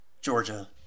georgia